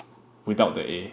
without the A